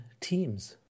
teams